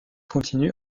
continue